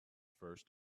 first